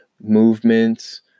movements